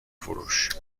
فروش